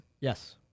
Yes